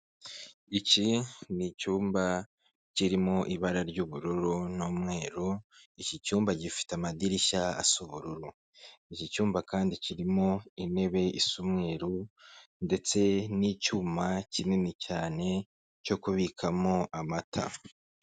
Iki ni icyumba kirimo ibara ry'ubururu n'umweru, iki cyumba gifite amadirishya asa ubururu. Iki cyumba kandi kirimo intebe isa umweru ndetse n'icyuma kinini cyane cyo kubikamo amata.